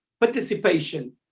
participation